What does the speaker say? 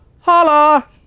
holla